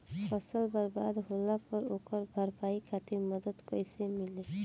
फसल बर्बाद होला पर ओकर भरपाई खातिर मदद कइसे मिली?